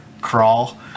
crawl